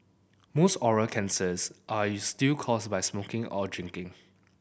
most oral cancers are still caused by smoking or drinking